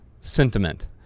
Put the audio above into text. Sentiment